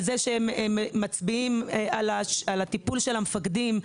כמו כן, על זה שהם מצביעים על הטיפול של המפקדים.